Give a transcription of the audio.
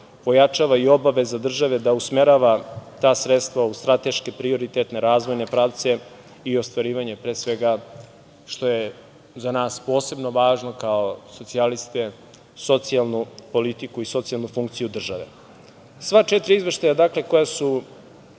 ojačava i obaveza države da usmerava ta sredstva u strateške prioritetne razvojne pravce i ostvarivanje pre svega što je za nas posebno važno, kao socijaliste socijalnu politiku i socijalnu funkciju države. Sva četiri izveštaja koja su